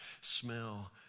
smell